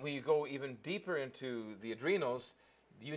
when you go even deeper into the adrenals you